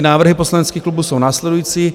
Návrhy poslaneckých klubů jsou následující.